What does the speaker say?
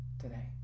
today